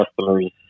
customers